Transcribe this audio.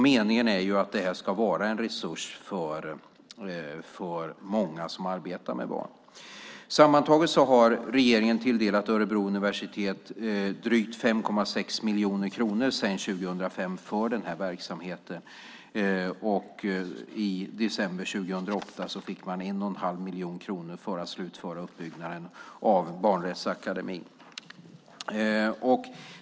Meningen är ju att det här ska vara en resurs för många som arbetar med barn. Sammantaget har regeringen tilldelat Örebro universitet drygt 5,6 miljoner kronor sedan 2005 för den här verksamheten, och i december 2008 fick man 1 1⁄2 miljon kronor för att slutföra uppbyggnaden av Barnrättsakademin.